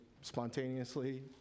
spontaneously